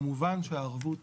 כמובן שהערבות